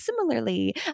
similarly